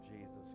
Jesus